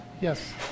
yes